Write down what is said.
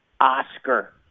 Oscar